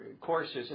courses